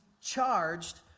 charged